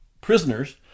prisoners